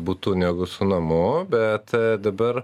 butu negu su namu bet dabar